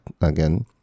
again